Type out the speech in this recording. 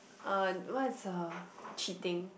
uh what is a cheating